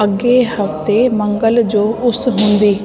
अॻे हफ़्ते मंगलु जो उस हूंदी